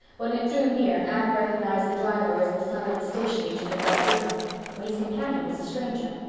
when it drew near anne recognized the driver as the son of the station agent at bright river but his companion was a stranger.